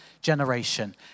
generation